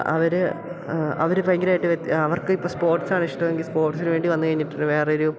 അവർ അവർ ഭയങ്കരമായിട്ട് അവർക്കിപ്പോൾ സ്പോർട്സാണ് ഇഷ്ടമെങ്കിൽ സ്പോർട്സിനുവേണ്ടി വന്നു കഴിഞ്ഞിട്ടൊരു വേറൊരു